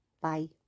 Bye